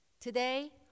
Today